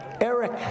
Eric